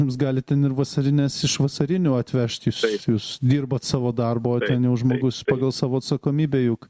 jums gali ten ir vasarines iš vasarinių atvežt jūs jūs dirbat savo darbą o ten jau žmogus pagal savo atsakomybę juk